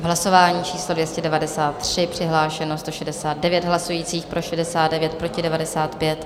Hlasování číslo 293, přihlášeno 169 hlasujících, pro 69, proti 95.